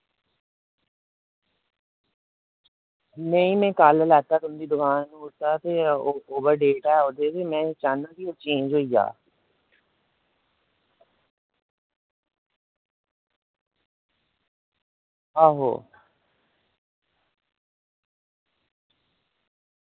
नेईं में कल लैता तुं'दी दकान पर ते ओवर डेट हा ओह्दा ते में चाह्न्नां कि चेंज होई जा आहो